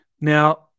Now